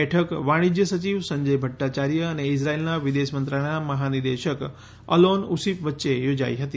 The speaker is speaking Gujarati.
બેઠક વાણિજ્ય સચિવ સંજય ભદ્દાયાર્ય અને ઇઝરાયલના વિદેશ મંત્રાલયના મહાનિદેશક અલોન ઉશીપ વચ્ચે યોજાઈ હતી